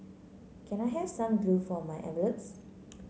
can I have some glue for my envelopes